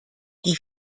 die